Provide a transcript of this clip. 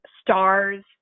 stars